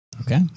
Okay